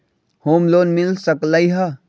Home loan मिल सकलइ ह?